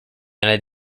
united